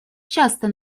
часто